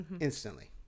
instantly